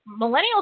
Millennials